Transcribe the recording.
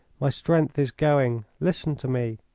my strength is going. listen to me!